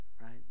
right